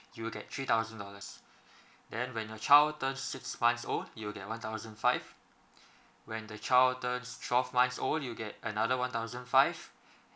you'll get three thousand dollars then when your child turns six months old you'll get one thousand five when the child turn twelve months old you'll get another one thousand five